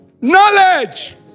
Knowledge